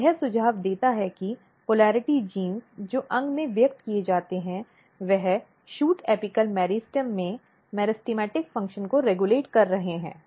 तो यह सुझाव देता है कि ध्रुवीय जीन जो अंग में व्यक्त किए जाते हैं वे शूट एपिकल मेरिस्टेम में मेरिस्टेमेटिक फ़ंक्शन को रेग्यूलेट कर रहे हैं